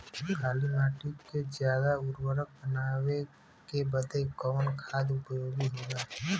काली माटी के ज्यादा उर्वरक बनावे के बदे कवन खाद उपयोगी होला?